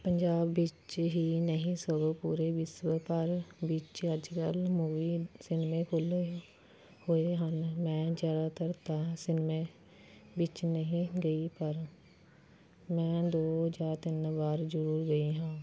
ਪੰਜਾਬ ਵਿੱਚ ਹੀ ਨਹੀਂ ਸਗੋਂ ਪੂਰੇ ਵਿਸ਼ਵ ਭਰ ਵਿੱਚ ਅੱਜ ਕੱਲ੍ਹ ਮੂਵੀ ਸਿਨੇਮੇ ਖੁੱਲ੍ਹੇ ਹੋਏ ਹਨ ਮੈਂ ਜ਼ਿਆਦਾਤਰ ਤਾਂ ਸਿਨੇਮੇ ਵਿੱਚ ਨਹੀਂ ਗਈ ਪਰ ਮੈਂ ਦੋ ਜਾਂ ਤਿੰਨ ਵਾਰ ਜ਼ਰੂਰ ਗਈ ਹਾਂ